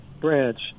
branch